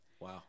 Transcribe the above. Wow